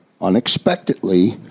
unexpectedly